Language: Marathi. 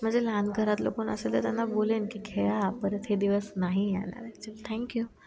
माझ्या लहान घरातलं कोण असेल तर त्यांना बोलेन की खेळा परत हे दिवस नाही येणार ॲक्चुअली थँक्यू